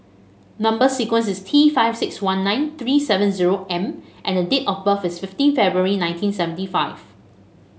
number sequence is T five six one nine three seven zero M and date of birth is fifteen February nineteen seventy five